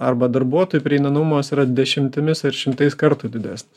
arba darbuotojų prieinamumas yra dešimtimis ar šimtais kartų didesnis